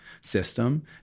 system